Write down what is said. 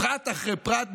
פרט אחרי פרט,